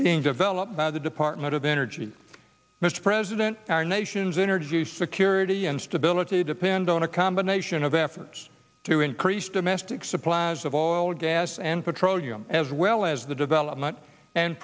being developed by the department of energy mr president our nation's energy security and stability depend on a combination of efforts to increase domestic supplies of oil gas and petroleum as well as the development and